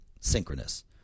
synchronous